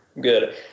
good